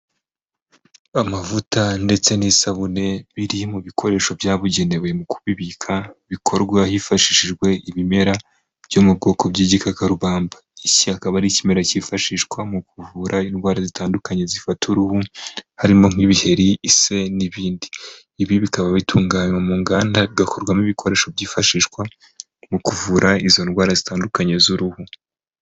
Amavuta ndetse n'isabune biri mu bikoresho byabugenewe mu kubibika, bikorwa hifashishijwe ibimera byo mu bwoko bw'igikakarugamba. Iki akaba ari ikimera kifashishwa mu kuvura indwara zitandukanye zifata uruhu, harimo nk'ibiheri, ise, n'ibindi. Ibi bikaba bitunganywa mu nganda bigakorwamo ibikoresho byifashishwa mu kuvura, izo ndwara zitandukanye z'uruhu.